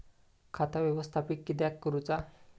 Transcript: खाता व्यवस्थापित किद्यक करुचा?